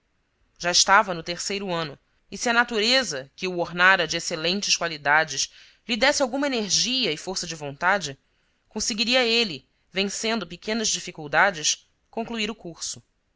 já estava no terceiro ano e se a natureza que o ornara de excelentes qualidades lhe desse alguma energia a força de vontade conseguiria ele vencendo pequenas dificuldades concluir o curso